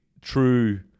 true